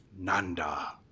Nanda